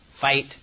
fight